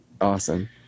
Awesome